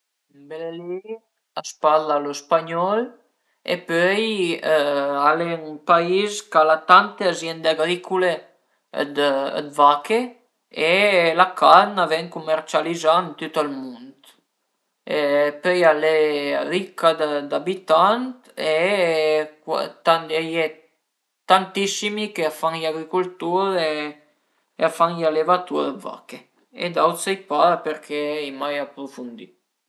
La fiur pi bela ch'a m'pias al e i fiur d'la gensian-a ch'a sun blö e i veiu spes e vulenté ën muntagna e a servu për fe ën bun licur e cuindi dizuma che cuandi vun ën muntagna e i trövu i cöiu